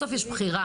בסוף יש בחירה.